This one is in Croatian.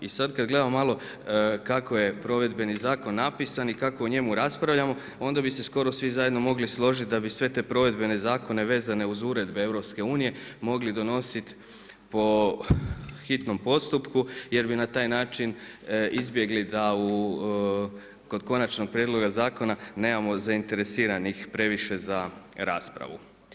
I sad kad gledamo malo kako je provedbeni zakon napisan i kako o njemu raspravljamo onda bi se skoro svi zajedno mogli složiti da bi sve te provedbene zakone vezane uz uredbe EU mogli donosit po hitnom postupku jer bi na taj način izbjegli da kod konačnog prijedloga zakona nemamo zainteresiranih previše za raspravu.